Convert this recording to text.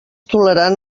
tolerant